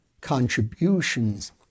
contributions